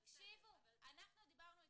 --- אנחנו דיברנו אתמול,